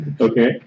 Okay